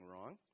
wrong